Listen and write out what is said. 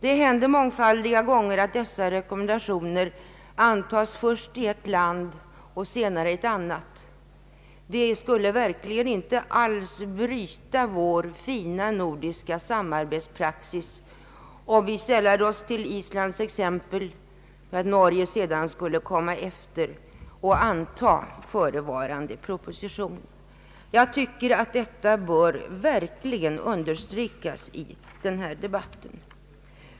Det händer mångfaldiga gånger att dessa rekommendationer antas först i ett land och senare i ett annat. Det skulle verkligen inte alls bryta vår fina nordiska samarbetspraxis, om vi följde Islands exempel och om Norge sedan skulle komma efter. Jag tycker att detta verkligen bör understrykas i denna debatt.